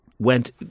went